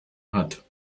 hat